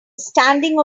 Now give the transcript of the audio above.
standing